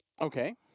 Okay